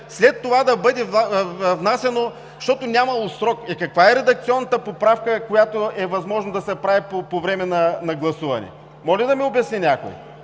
след това да бъде внасяно, защото нямало срок!? Е каква е редакционната поправка, която е възможно да се прави по време на гласуване? Може ли да ми обясни някой!?